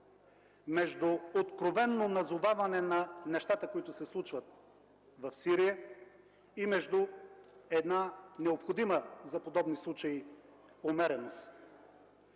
между откровено назоваване на нещата, които се случват в Сирия, и между една необходима за подобни случаи умереност.